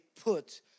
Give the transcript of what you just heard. put